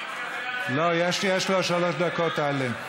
לא, יש לו שלוש דקות, טלי.